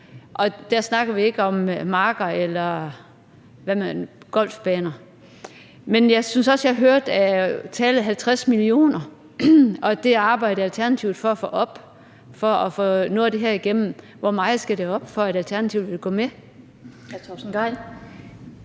der snakker vi ikke om marker eller golfbaner. Men jeg synes også, at jeg hørte tallet 50 mio. kr., og at det tal arbejder Alternativet på at få op for at få noget af det her igennem. Hvor meget skal det op, for at Alternativet vil gå med?